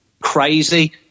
crazy